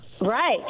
right